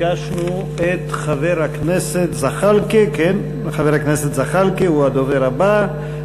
חבר הכנסת זחאלקה הוא הדובר הבא,